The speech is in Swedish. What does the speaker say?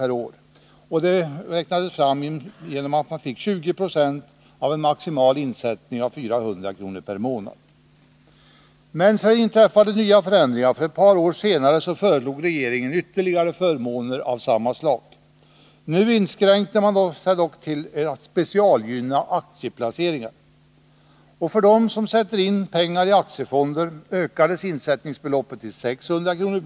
per år, vilket utgjorde 20 26 av en maximal insättning av 400 kr. per månad. Men sedan inträffade nya förändringar. Ett par år senare föreslog regeringen ytterligare förmåner av samma slag. Nu inskränkte man sig dock till att specialgynna aktieplaceringar. För dem som sätter in pengar på aktiefond ökades insättningsbeloppet till 600 kr.